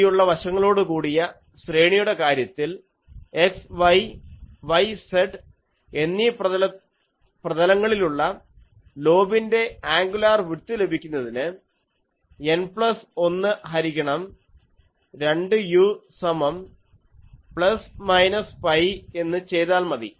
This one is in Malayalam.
വീതിയുള്ള വശങ്ങളോടു കൂടിയ ശ്രേണിയുടെ കാര്യത്തിൽ x y y z എന്നീ പ്രതലങ്ങളിലുള്ള ലോബിൻ്റെ ആൻഗുലാർ വിഡ്ത്ത് ലഭിക്കുന്നതിന് N പ്ലസ് 1 ഹരിക്കണം 2u സമം പ്ലസ് മൈനസ് പൈ എന്ന് ചെയ്താൽ മതി